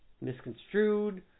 misconstrued